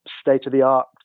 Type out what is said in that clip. state-of-the-art